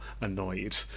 annoyed